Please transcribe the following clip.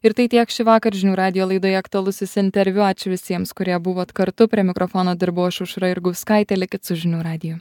ir tai tiek šįvakar žinių radijo laidoje aktualusis interviu ačiū visiems kurie buvot kartu prie mikrofono dirbau aš aušra jurgauskaitė likit su žinių radiju